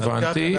הבנתי.